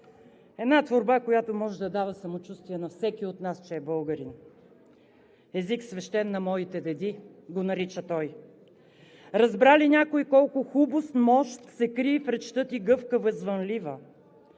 една творба, която може да дава самочувствие на всеки от нас, че е българин. „Език свещен на моите деди“ го нарича той. „Разбра ли някой колко хубост, мощ се крий в речта ти гъвкава, звънлива,